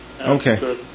Okay